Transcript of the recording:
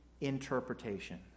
interpretation